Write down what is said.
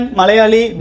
Malayali